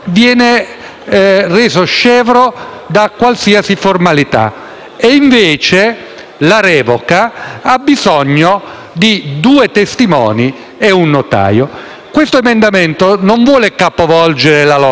e invece la revoca ha bisogno di due testimoni e un notaio. L'emendamento in esame non vuole capovolgere la logica, ma tende quanto meno a ricreare una simmetria